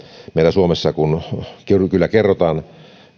että meillä suomessa kyllä kerrotaan